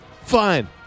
Fine